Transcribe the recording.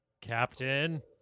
Captain